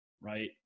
right